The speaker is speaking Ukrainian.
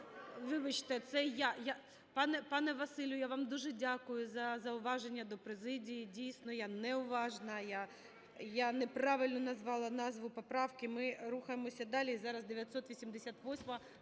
Вибачте, це я… Пане Василю, я вам дуже дякую за зауваження до президії, дійсно, я неуважна, я неправильно назвала назву поправки. Ми рухаємося далі. І зараз 988-а,